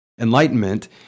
Enlightenment